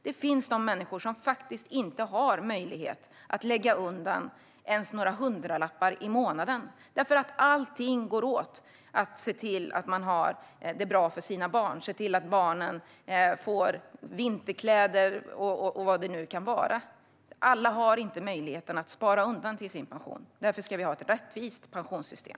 Det finns människor som faktiskt inte har möjlighet att lägga undan ens några hundralappar i månaden, därför att allt går åt för att se till att barnen har det bra och att de får vinterkläder och så vidare. Alla har inte möjlighet att spara till sin pension. Därför ska vi ha ett rättvist pensionssystem.